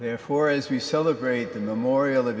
therefore as we celebrate the memorial o